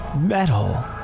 Metal